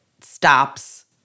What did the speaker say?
stops